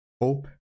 hope